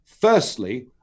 firstly